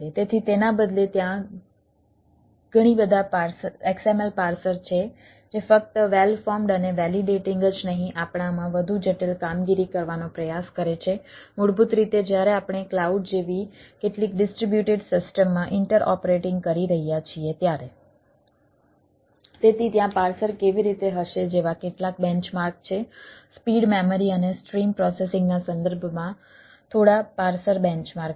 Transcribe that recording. તેથી ત્યાં પાર્સર કેવી રીતે હશે જેવા કેટલાક બેન્ચમાર્ક અને સ્ટ્રીમ પ્રોસેસિંગના સંદર્ભમાં થોડા પાર્સર બેન્ચમાર્ક છે